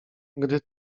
gdy